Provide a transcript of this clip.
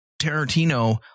Tarantino